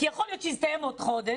כי יכול להיות שזה יסתיים בעוד חודש,